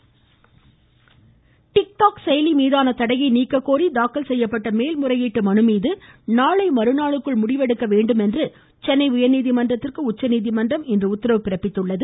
tic tac TikTok செயலி மீதான தடையை நீக்க கோரி தாக்கல் செய்யப்பட்ட மேல் முறையீட்டு மனுமீது நாளை மறுநாளுக்குள் முடிவெடுக்க வேண்டும் என சென்னை உயா்நீதிமன்றத்திற்கு உச்சநீதிமன்றம் இன்று உத்தரவிட்டுள்ளது